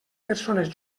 persones